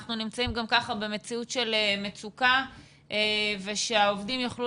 אנחנו גם כך אנחנו נמצאים במציאות של מצוקה וצריך שהעובדים יוכלו